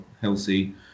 healthy